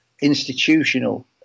institutional